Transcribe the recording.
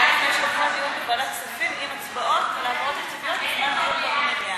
היה דיון בוועדת כספים עם הצבעות והעברות תקציביות בזמן דיון במליאה,